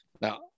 Now